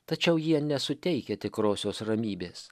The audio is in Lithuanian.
tačiau jie nesuteikia tikrosios ramybės